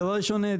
דבר ראשון,